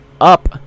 up